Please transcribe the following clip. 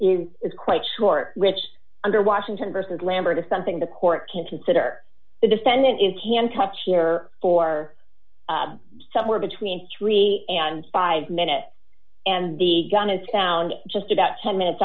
is quite short which under washington versus lambert is something the court can consider the defendant it can touch here for somewhere between three and five minutes and the gun is found just about ten minutes